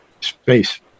space